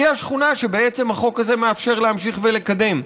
היא השכונה שבעצם החוק הזה מאפשר להמשיך ולקדם.